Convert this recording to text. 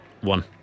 One